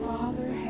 Father